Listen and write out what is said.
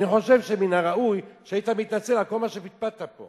אני חושב שמן הראוי שהיית מתנצל על כל מה שפטפטת פה.